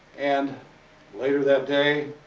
and later that day,